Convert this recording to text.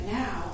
now